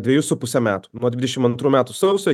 dvejus su puse metų nuo dvidešim antrų metų sausio